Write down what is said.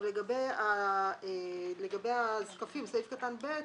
לגבי הזקפים, סעיף קטן ב,